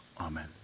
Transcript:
amen